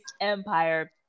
Empire